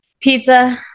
Pizza